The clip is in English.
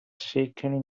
shaken